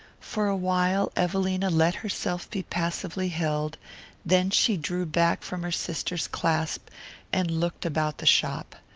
for a while evelina let herself be passively held then she drew back from her sister's clasp and looked about the shop.